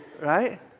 right